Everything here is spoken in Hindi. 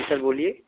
जी सर बोलिए